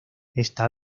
esta